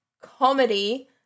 comedy